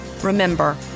Remember